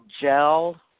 gel